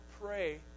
pray